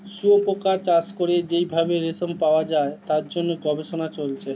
শুয়োপোকা চাষ করে যেই ভাবে রেশম পাওয়া যায় তার জন্য গবেষণা চলছে